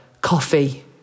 coffee